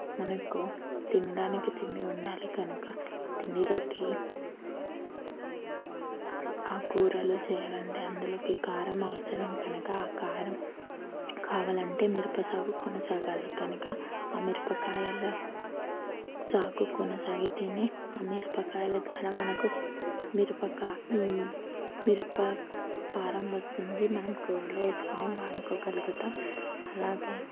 మనకు తినడానికి తిండి ఉండాలి కనుక తిండిలోకి ఆ కూరలు చేయాలంటే అందులోకి కారం అవసరం కనుక ఆ కారం కావాలంటే మిరప సాగు కొనసాగాలి కనుక ఆ మిరపకాయలు సాగు కొనసాగితేనే ఆ మిరపకాయల ద్వారా మనకు మిరపకా మిరప కారం వస్తుంది మనం కూరలో వేసుకుని వాడుకోగలుగుతాం అలాగే